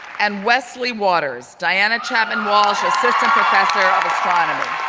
and wesley waters, diana chapman walsh assistant professor of astronomy.